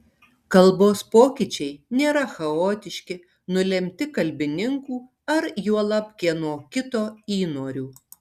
kalbos pokyčiai nėra chaotiški nulemti kalbininkų ar juolab kieno kito įnorių